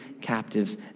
captives